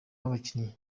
w’abakinnyi